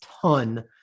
ton